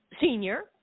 senior